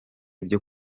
byo